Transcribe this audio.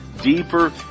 deeper